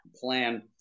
plan